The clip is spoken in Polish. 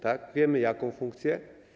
Tak, wiemy, jaką funkcję.